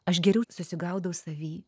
aš geriau susigaudau savy